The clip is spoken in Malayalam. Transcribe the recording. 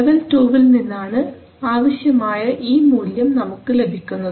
ലെവൽ 2 വിൽ നിന്നാണ് ആവശ്യമായ ഈ മൂല്യം നമുക്ക് ലഭിക്കുന്നത്